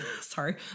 Sorry